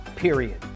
period